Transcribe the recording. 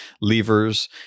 levers